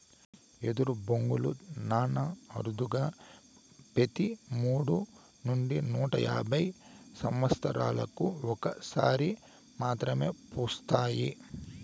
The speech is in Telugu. ఎదరు బొంగులు చానా అరుదుగా పెతి మూడు నుంచి నూట యాభై సమత్సరాలకు ఒక సారి మాత్రమే పూస్తాయి